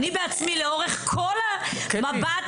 אני מסתכלת ואומרת